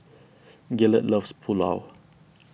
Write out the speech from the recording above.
Gaylord loves Pulao